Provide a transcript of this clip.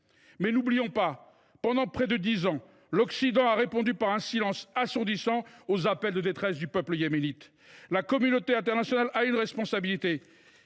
Mais n’oublions pas que, pendant près de dix ans, l’Occident a répondu par un silence assourdissant aux appels de détresse du peuple yéménite. La communauté internationale a une responsabilité